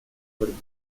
борьбу